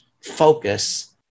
focus